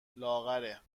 لاغره